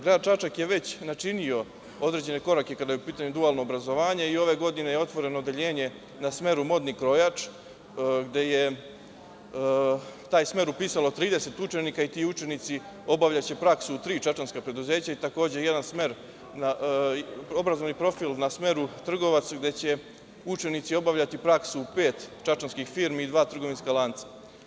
Grad Čačak je već činio određene korake kada je u pitanju dualno obrazovanje i ove godine je otvoreno odeljenje na smeru - modni krojač gde je taj smer upisalo 30 učenika i ti učenici obavljaće praksu u tri čačanska preduzeća i takođe jedan obrazovni profil na smeru - trgovac, gde će učenici obavljati praksu u pet čačanskih firmi i dva trgovinska lanca.